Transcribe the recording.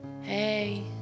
Hey